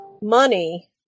money